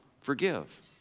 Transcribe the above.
forgive